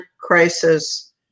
crisis